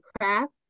craft